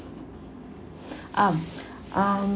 um um